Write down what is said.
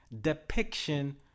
depiction